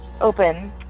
open